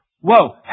Whoa